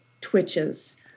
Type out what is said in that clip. twitches